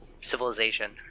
Civilization